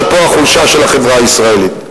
שפה החולשה של החברה הישראלית.